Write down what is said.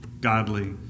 godly